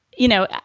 you know,